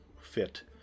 fit